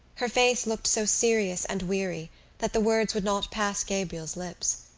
her face looked so serious and weary that the words would not pass gabriel's lips.